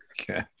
Okay